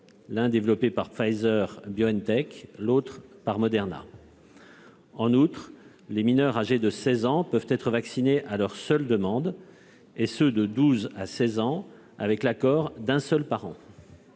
l'un développé par Pfizer-BioNTech, l'autre par Moderna. En outre, les mineurs âgés de 16 ans peuvent être vaccinés à leur seule demande, ceux qui sont âgés de 12 à 16 ans avec l'accord d'un seul parent.